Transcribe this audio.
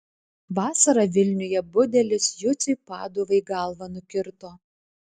vasarą vilniuje budelis juciui paduvai galvą nukirto